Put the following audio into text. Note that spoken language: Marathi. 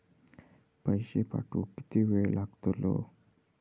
पैशे पाठवुक किती वेळ लागतलो?